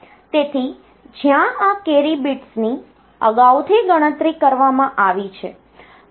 તેથી જ્યાં આ કેરી બિટ્સની અગાઉથી ગણતરી કરવામાં આવી છે